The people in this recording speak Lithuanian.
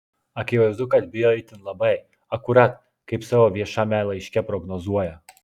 akivaizdu kad bijo itin labai akurat kaip savo viešame laiške prognozuoja